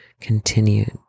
continued